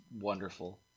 wonderful